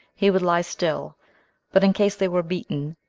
he would lie still but in case they were beaten,